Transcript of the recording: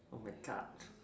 oh my God